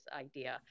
idea